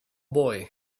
boy